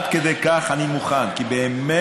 עד כדי כך אני מוכן, כי באמת